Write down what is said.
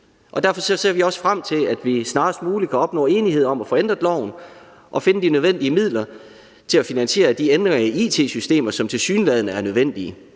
derfor ser vi også frem til, at vi snarest muligt kan opnå enighed om at få ændret loven og finde de nødvendige midler til at finansiere de ændringer i it-systemer, som tilsyneladende er nødvendige.